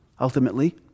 Ultimately